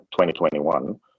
2021